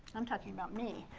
i'm talking about me.